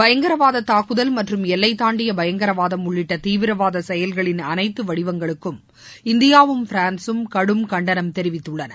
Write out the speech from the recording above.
பயங்கரவாத தூக்குதல் மற்றும் எல்லைத்தாண்டிய பயங்கரவாதம் உள்ளிட்ட தீவிரவாத செயல்களின் அனைத்து வடிவங்களுக்கும் இந்தியாவும் பிரான்ஸும் கடும் கண்டனம் தெரிவித்துள்ளன